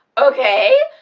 ok!